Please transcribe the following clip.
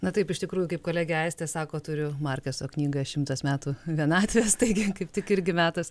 na taip iš tikrųjų kaip kolegė aistė sako turiu markeso knygą šimtas metų vienatvės taigi kaip tik irgi metas